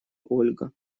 ольга